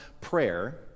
prayer